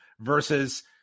versus